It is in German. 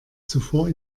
zuvor